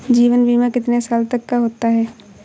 जीवन बीमा कितने साल तक का होता है?